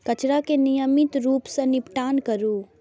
कचरा के नियमित रूप सं निपटान करू